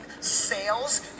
sales